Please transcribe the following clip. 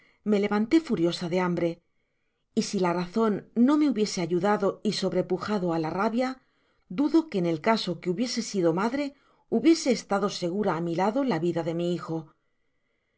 me levanté furiosa de hambre y si la razon no me hubiese ayudado y sobrepujado á la rabia dudo que en el caso que hubiese sido madre hubiese estado segura á mi lado la vida de mi hijo